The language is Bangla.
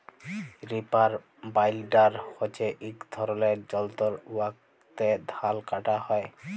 রিপার বাইলডার হছে ইক ধরলের যল্তর উয়াতে ধাল কাটা হ্যয়